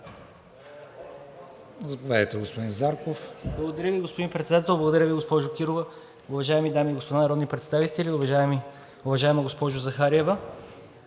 ЗАРКОВ (БСП за България): Благодаря Ви, господин Председател. Благодаря Ви, госпожо Кирова. Уважаеми дами и господа народни представители, уважаема госпожо Захариева!